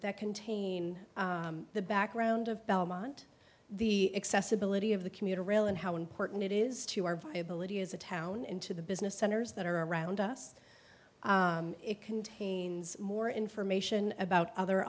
that contain the background of belmont the accessibility of the commuter rail and how important it is to our viability as a town into the business centers that are around us it contains more information about other